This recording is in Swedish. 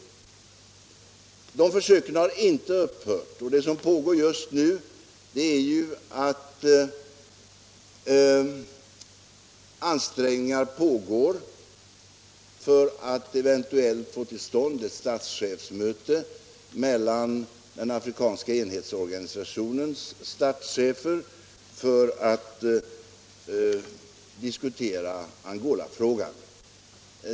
De försöken har inte upphört, och just nu pågår ansträngningar för att eventuellt få till stånd ett statschefsmöte mellan den afrikanska enhetsorganisationens statschefer för att diskutera Angolafrågan.